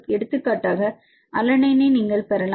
எடுத்துக்காட்டாக அலனைன் நீங்கள் பெறலாம்